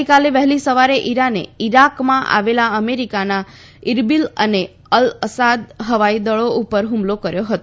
ગઈકાલે વહેલી સવારે ઇરાને ઇરાકમાં આવેલા અમેરિકાના ઇરબિલ અને અલ અસાદ હવાઈ દળો ઉપર હવી હુમલો કર્યો હતો